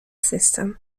system